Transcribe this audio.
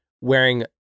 wearing